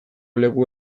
leku